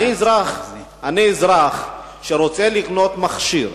אני אזרח שרוצה לקנות מכשיר,